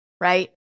right